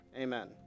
Amen